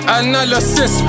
analysis